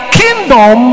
kingdom